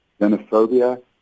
xenophobia